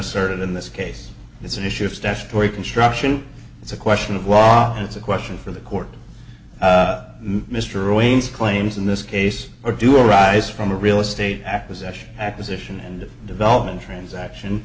asserted in this case it's an issue of statutory construction it's a question of law and it's a question for the court mr owings claims in this case or do arise from a real estate acquisition acquisition and development transaction